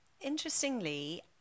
Interestingly